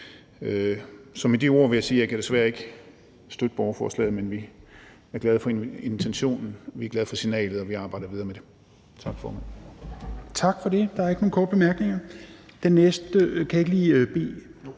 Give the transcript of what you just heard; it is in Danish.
Så med de ord vil jeg sige, at jeg desværre ikke kan støtte borgerforslaget, men vi er glade for intentionen. Vi er glade for signalet, og vi arbejder videre med det. Tak, formand. Kl. 12:25 Fjerde næstformand (Rasmus Helveg